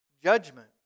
Judgment